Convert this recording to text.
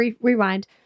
rewind